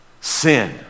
sin